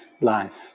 life